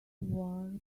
war